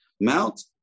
mount